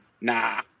nah